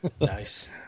Nice